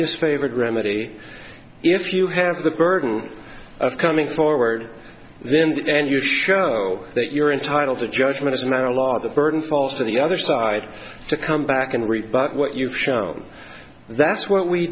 disfavored remedy if you have the burden of coming forward then and you show that you're entitled to judgment as a matter of law the burden falls to the other side to come back and rebut what you've shown that's w